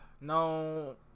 no